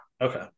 okay